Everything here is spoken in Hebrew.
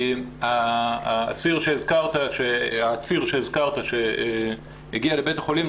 העציר שהזכרת שהגיע לבית החולים,